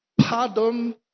pardon